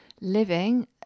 living